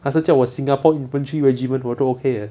还是叫我 singapore infantry regiment 我都 okay uh